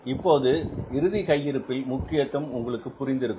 இப்போது இறுதி கையிருப்பில் முக்கியத்துவம் உங்களுக்குப் புரிந்திருக்கும்